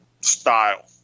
Style